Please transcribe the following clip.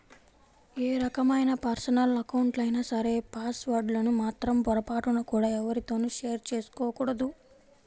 ఏ రకమైన పర్సనల్ అకౌంట్లైనా సరే పాస్ వర్డ్ లను మాత్రం పొరపాటున కూడా ఎవ్వరితోనూ షేర్ చేసుకోకూడదు